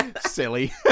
silly